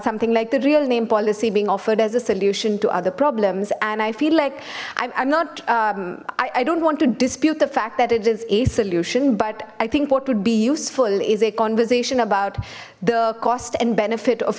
something like the real name policy being offered as a solution to other problems and i feel like i'm not i don't want to dispute the fact that it is a solution but i think what would be useful is a conversation about the cost and benefit of